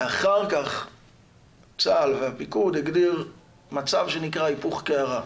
ואחר כך צה"ל והפיקוד הגדיר מצב שנקרא היפוך קערה,